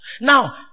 Now